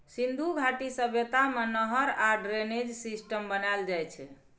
सिन्धु घाटी सभ्यता मे नहर आ ड्रेनेज सिस्टम बनाएल जाइ छै